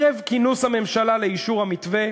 ערב כינוס הממשלה לאישור המתווה,